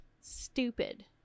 Stupid